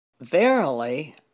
Verily